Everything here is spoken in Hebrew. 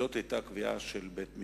זאת היתה קביעה של בית-משפט,